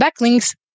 backlinks